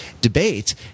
debate